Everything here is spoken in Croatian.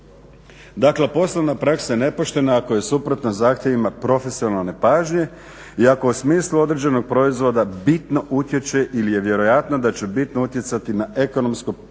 Dakle, poslovna praksa je nepoštena ako je suprotna zahtjevima profesionalne nepažnje i ako u smislu određenog proizvoda bitno utječe ili je vjerojatno da će bitno utjecati na ekonomsko ponašanje